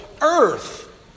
earth